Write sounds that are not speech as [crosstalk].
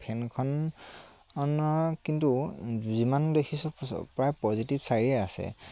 ফেনখন খনৰ কিন্তু যিমান দেখিছো চব প্ৰায় পজিটিভ [unintelligible] আছে